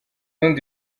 ubundi